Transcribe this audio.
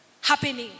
happening